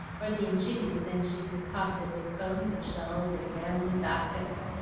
or the ingenious things she concocted with cones and shells and fans and baskets.